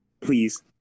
please